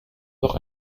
noch